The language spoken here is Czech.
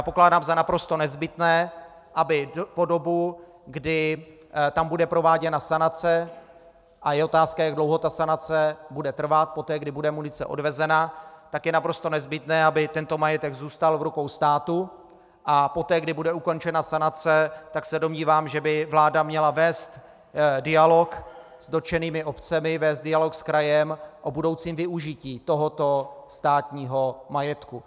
Pokládám za naprosto nezbytné, aby po dobu, kdy tam bude prováděna sanace, a je otázka, jak dlouho ta sanace bude trvat poté, kdy bude munice odvezena, tak je naprosto nezbytné, aby tento majetek zůstal v rukou státu, a poté, kdy bude ukončena sanace, tak se domnívám, že by vláda měla vést dialog s dotčenými obcemi, vést dialog s krajem o budoucím využití tohoto státního majetku.